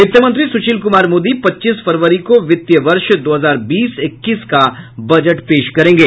वित्त मंत्री सुशील कुमार मोदी पच्चीस फरवरी को वित्तीय वर्ष दो हजार बीस इक्कीस का बजट पेश करेंगे